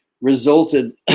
resulted